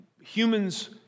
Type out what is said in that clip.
humans